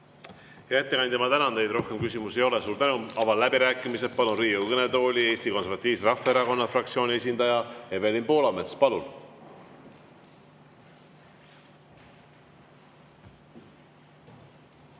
Hea ettekandja, ma tänan teid! Rohkem küsimusi ei ole. Suur tänu! Avan läbirääkimised. Palun Riigikogu kõnetooli Eesti Konservatiivse Rahvaerakonna fraktsiooni esindaja Evelin Poolametsa. Palun!